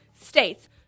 States